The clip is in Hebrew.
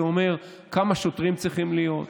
זה אומר כמה שוטרים צריכים להיות,